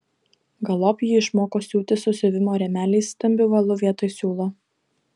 galop ji išmoko siūti su siuvimo rėmeliais stambiu valu vietoj siūlo